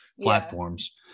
platforms